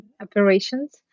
operations